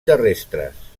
terrestres